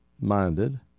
minded